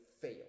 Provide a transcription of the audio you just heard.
fail